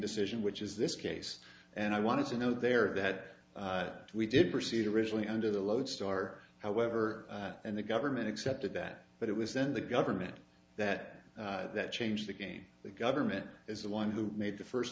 decision which is this case and i want to know there are that we did proceed originally under the lodestar however and the government accepted that but it was then the government that that changed the game the government is the one who made the first